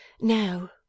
No